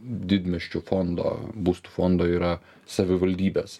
didmiesčių fondo būstų fondo yra savivaldybės